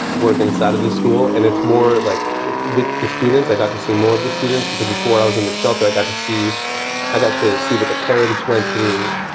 work inside of the school. and it's more like with the students. i got to see more of the students because before i was in the shelter, i got to see i got to see what the parents went through.